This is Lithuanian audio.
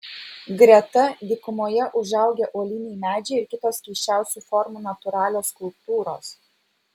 greta dykumoje užaugę uoliniai medžiai ir kitos keisčiausių formų natūralios skulptūros